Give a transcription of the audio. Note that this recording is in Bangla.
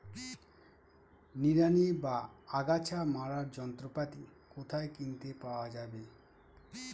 নিড়ানি বা আগাছা মারার যন্ত্রপাতি কোথায় কিনতে পাওয়া যাবে?